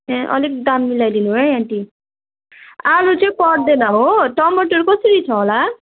ए अलिक दाम मिलाइदिनु है आन्टी आलु चाहिँ पर्दैन हो टमाटर कसरी छ होला